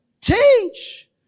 Change